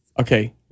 Okay